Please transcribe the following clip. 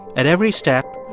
at every step,